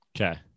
Okay